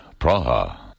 Praha